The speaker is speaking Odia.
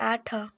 ଆଠ